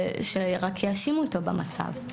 שרק יאשימו אותו במצב.